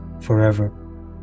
forever